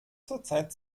zurzeit